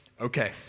Okay